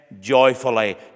joyfully